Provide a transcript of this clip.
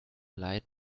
light